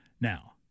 Now